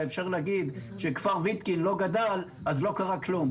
אפשר להגיד שאם כפר ויתקין לא גדל אז לא קרה כלום.